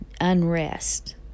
unrest